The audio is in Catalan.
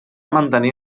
mantenir